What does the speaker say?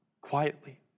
quietly